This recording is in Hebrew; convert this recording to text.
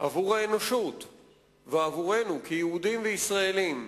עבור האנושות ועבורנו, כיהודים וכישראלים,